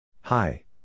Hi